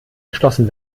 geschlossen